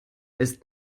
ist